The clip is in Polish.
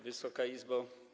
Wysoka Izbo!